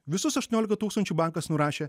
visus aštuoniolika tūkstančių bankas nurašė